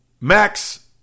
Max